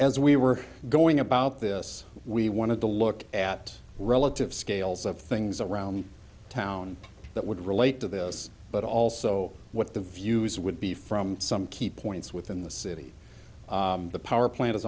as we were going about this we wanted to look at relative scales of things around town that would relate to this but also what the views would be from some key points within the city the power plant is